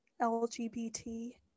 LGBT